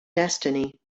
destiny